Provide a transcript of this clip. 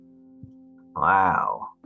Wow